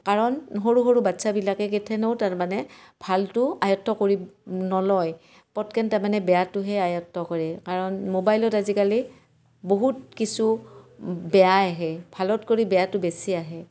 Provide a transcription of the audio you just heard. কাৰণ সৰু সৰু বাচ্ছাবিলাকে কেথেনো তাৰমানে ভালটো আয়ত্ব কৰি নলয় পতকেন তাৰমানে বেয়াটোহে আয়ত্ব কৰে কাৰণ ম'বাইলত আজিকালি বহুত কিছু বেয়া আহে ভালত কৰি বেয়াটো বেছি আহে